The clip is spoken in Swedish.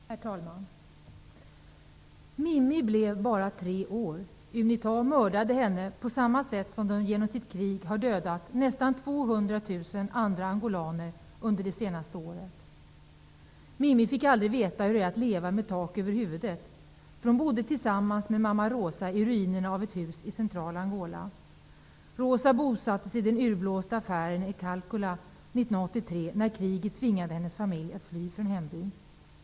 Herr talman! ''Mimi blev bara tre år. Unita mördade henne, på samma sätt som de genom sitt krig har dödat nästan 200 000 andra angolaner under det senaste året. Mimi fick aldrig veta hur det är att leva med tak över huvudet, för hon bodde tillsammans med mamma Rosa i ruinerna av ett hus i centrala Cacula 1983, när kriget tvingade hennes familj att fly från hembyn.